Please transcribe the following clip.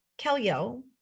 Kellyo